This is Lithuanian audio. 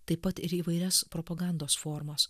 taip pat ir įvairias propagandos formos